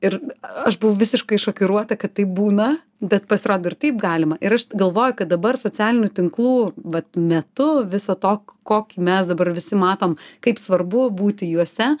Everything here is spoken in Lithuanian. ir aš buvau visiškai šokiruota kad taip būna bet pasirodo ir taip galima ir aš galvoju kad dabar socialinių tinklų vat metu viso to kokį mes dabar visi matom kaip svarbu būti juose